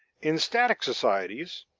in static societies,